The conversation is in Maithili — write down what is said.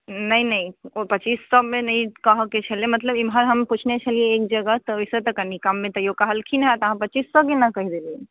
नहि नहि ओ पचीस सए मे नहि कहऽ के छलै मतलब इमहर हम पुछने छलियै एक जगह तऽ ओहिसँ तऽ कनि कमे तैयो कहलखिन हँ तऽ अहाँ पचीस सए केना कहि देलियै